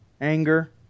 anger